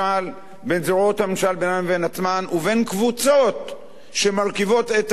בין זרועות הממשל בינן לבין עצמן ובין קבוצות שמרכיבות את המדינה.